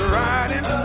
riding